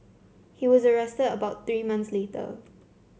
he was arrested about three months later